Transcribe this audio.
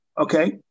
okay